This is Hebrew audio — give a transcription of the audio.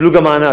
קיבלו גם מענק.